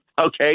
okay